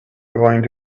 going